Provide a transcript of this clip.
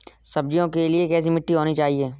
सब्जियों के लिए कैसी मिट्टी होनी चाहिए?